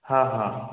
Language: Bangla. হ্যাঁ হ্যাঁ